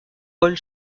paul